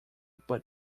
put